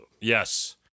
Yes